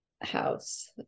house